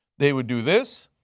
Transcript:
they would do this